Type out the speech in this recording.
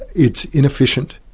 it's inefficient,